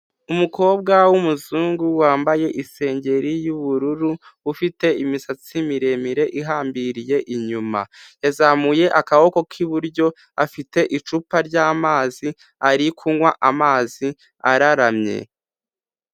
Umukobwa w'umuzungu wambaye isengeri y'ubururu, ufite imisatsi miremire ihambiriye inyuma. Yazamuye akaboko k'iburyo, afite icupa ry'amazi, ari kunywa amazi araramye.